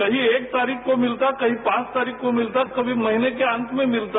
कहीं एक तारीख को मिलता था कहीं पांच तारीख को मिलता था कभी महीने के अन्त में मिलता था